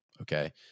Okay